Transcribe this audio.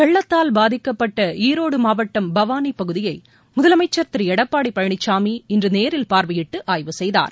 வெள்ளத்தால் பாதிக்கப்பட்ட ஈரோடு மாவட்டம் பவானி பகுதியை முதலமைச்சர் திரு எடப்பாடி பழனிசாமி இன்று நேரில் பார்வையிட்டு ஆய்வு செய்தார்